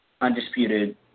undisputed